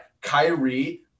Kyrie